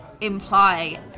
imply